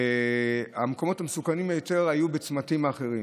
המקומות המסוכנים ביותר היו בצמתים האחרים.